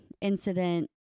incident